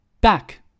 back